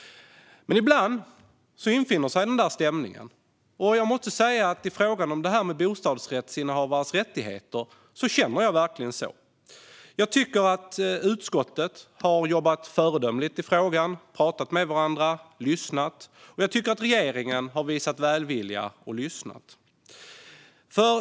Ibland infinner sig den där stämningen, och jag måste säga att i frågan om bostadsrättsinnehavares rättigheter känner jag verkligen att det är så. Jag tycker att man i utskottet har jobbat föredömligt i frågan, pratat med varandra och lyssnat, och jag tycker att regeringen har visat välvilja och lyssnat.